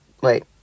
wait